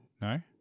No